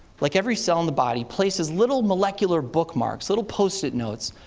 like every cell in the body, places little molecular bookmarks, little post-it notes,